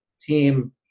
team